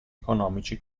economici